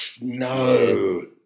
No